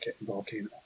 volcano